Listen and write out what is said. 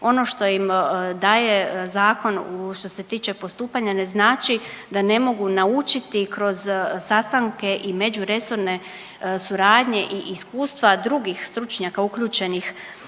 ono što im daje zakon što se tiče postupanja ne znači da ne mogu naučiti kroz sastanke i međuresorne suradnje i iskustva drugih stručnjaka uključenih